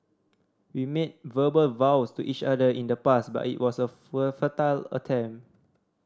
we made verbal vows to each other in the past but it was a attempt